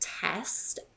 test